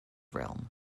realm